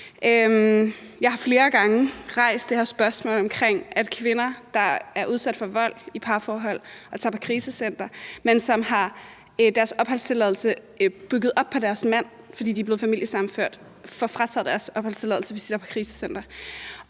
Jeg har flere gange rejst det her spørgsmål om, at kvinder, der er udsat for vold i parforhold og tager på krisecenter, men hvis opholdstilladelse er knyttet op på deres mand, fordi de er blevet familiesammenført, får frataget deres opholdstilladelse, hvis de tager